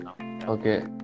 Okay